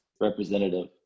representative